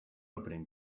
opening